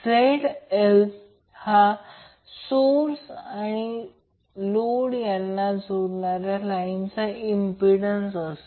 Zl हा source आणि load यांना जोडणाऱ्या लाईनचा इंम्प्पिडन्स आहे